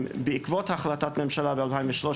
בעקבות החלטת ממשלה ב-2013,